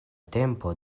tempo